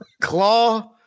claw